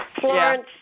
Florence